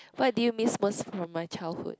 what did you miss most from my childhood